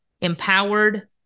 empowered